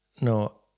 no